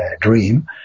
dream